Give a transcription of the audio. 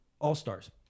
all-stars